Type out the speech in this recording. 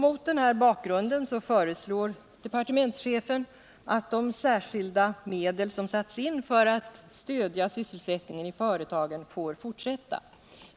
Mot den här bakgrunden föreslår departementschefen att de särskilda medel som satts in för att stödja sysselsättningen i företagen får fortsätta.